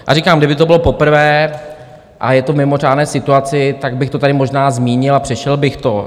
A říkám, kdyby to bylo poprvé a je to v mimořádné situaci, tak bych to tady možná zmínil a přešel bych to.